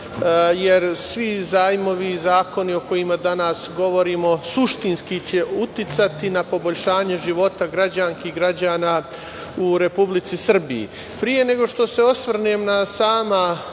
jer svi zajmovi i zakoni o kojima danas govorimo suštinski će uticati na poboljšanje života građanki i građana u Republici Srbiji. Pre nego što se osvrnem na sama